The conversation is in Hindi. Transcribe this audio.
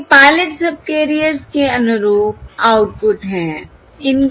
तो ये पायलट सबकैरियर्स के अनुरूप आउटपुट हैं